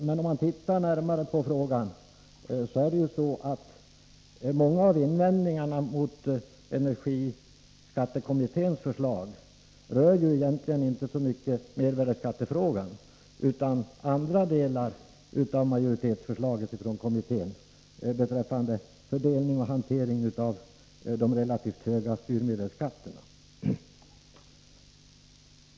Men om man tittar närmare på frågan finner man att många av invändningarna mot energiskattekommitténs förslag egentligen inte rör mervärdeskattefrågan, utan andra delar av majoritetsförslaget från kommittén. Det gäller bl.a. fördelningen och hanteringen av de relativt höga styrmedelsskatterna.